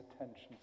attention